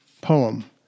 poem